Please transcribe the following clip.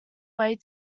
way